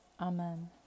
Amen